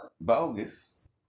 bogus